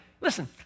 Listen